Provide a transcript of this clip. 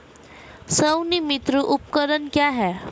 स्वनिर्मित उपकरण क्या है?